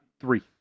Three